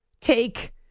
take